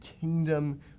kingdom